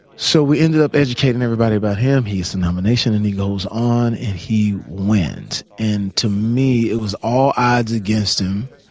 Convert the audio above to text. so we ended up educating everybody about him. he gets the nomination and he goes on and he wins. and to me, it was all odds against him.